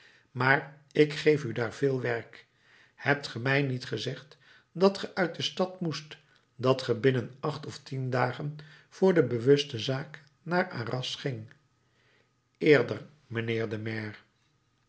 maar ik geef u daar veel werk hebt ge mij niet gezegd dat ge uit de stad moest dat ge binnen acht of tien dagen voor de bewuste zaak naar arras gingt eerder mijnheer de maire